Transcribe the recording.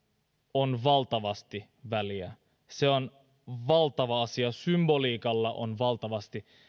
on valtavasti väliä se on valtava asia symboliikalla on valtavasti